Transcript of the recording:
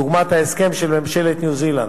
דוגמת ההסכם עם ממשלת ניו-זילנד.